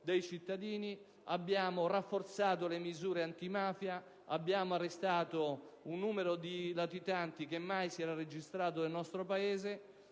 dei cittadini, abbiamo rafforzato le misure antimafia ed abbiamo arrestato un numero di latitanti che mai si era registrato nel nostro Paese.